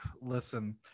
Listen